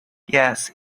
yes